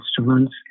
instruments